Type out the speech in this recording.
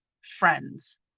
friends